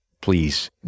please